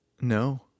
No